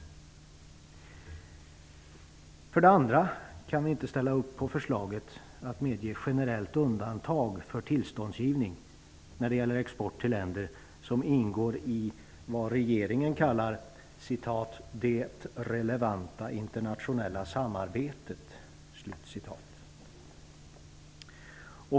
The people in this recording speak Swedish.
För det andra kan vi inte ställa upp på förslaget att medge generellt undantag för tillståndsgivning när det gäller export till länder som ingår i det regeringen kallar ''det relevanta internationella samarbetet''.